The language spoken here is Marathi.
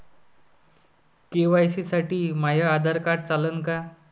के.वाय.सी साठी माह्य आधार कार्ड चालन का?